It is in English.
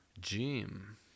Jim